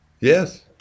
Yes